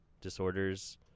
disorders